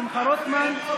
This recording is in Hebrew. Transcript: שמחה רוטמן,